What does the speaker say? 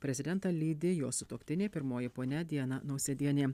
prezidentą lydi jo sutuoktinė pirmoji ponia diana nausėdienė